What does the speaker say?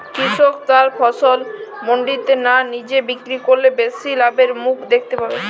কৃষক তার ফসল মান্ডিতে না নিজে বিক্রি করলে বেশি লাভের মুখ দেখতে পাবে?